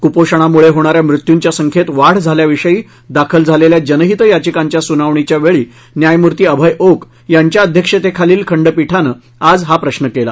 कुपोषणामुळे होणा या मृत्यूंच्या संख्येत वाढ झाल्याविषयी दाखल झालेल्या जनहित याचिकांच्या सुनावणीच्या वेळी न्यायमूर्ती अभय ओक यांच्या अध्यक्षतेखालील खंडपीठानं आज हा प्रश्न केला